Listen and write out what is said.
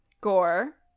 gore